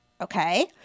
okay